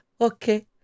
okay